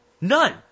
None